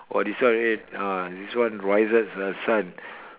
oh this one eh ah this one rohaizat's son